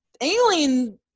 alien